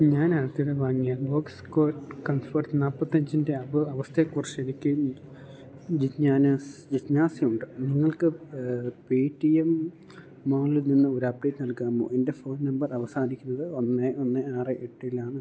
ഞാനടുത്തിടെ വാങ്ങിയ Bose QuietComfort നാല്പത്തിയഞ്ചിൻ്റെ അവസ്ഥയെക്കുറിച്ച് എനിക്ക് ജിജ്ഞാസയുണ്ട് നിങ്ങൾക്ക് പേടിഎം മാളിൽ നിന്ന് ഒരപ്ഡേറ്റ് നൽകാമോ എൻ്റെ ഫോൺ നമ്പർ അവസാനിക്കുന്നത് ഒന്ന് ഒന്ന് ആറ് എട്ടിലാണ്